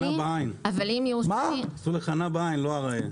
עשו לך "נא" בעין, לא ria.